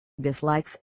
dislikes